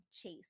chase